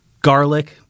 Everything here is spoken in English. garlic